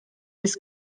his